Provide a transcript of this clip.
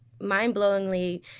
mind-blowingly